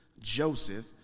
Joseph